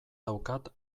daukat